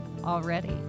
already